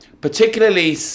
particularly